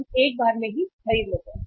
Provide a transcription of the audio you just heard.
हम एक बार में ही खरीद लेते हैं